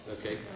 Okay